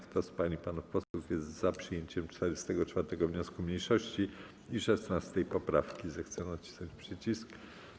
Kto z pań i panów posłów jest za przyjęciem 44. wniosku mniejszości i 16. poprawki, zechce nacisnąć przycisk.